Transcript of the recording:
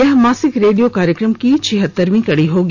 यह मासिक रेडियो कार्यक्रम की छिहत्तरवीं कड़ी होगी